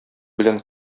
белән